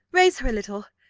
raise her a little,